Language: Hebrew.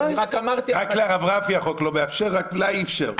רק לרב רפי החוק לא מאפשר, רק לה הוא אפשר.